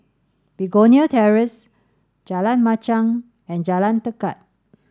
Begonia Terrace Jalan Machang and Jalan Tekad